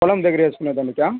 పోలం దగ్గర వేసుకునే దానికి